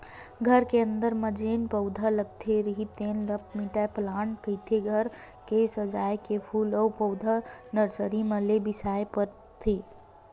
घर के अंदर म जेन पउधा लगे रहिथे तेन ल मिनी पलांट कहिथे, घर के सजाए के फूल अउ पउधा नरसरी मन ले बिसाय बर परथे